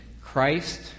Christ